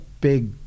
big